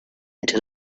into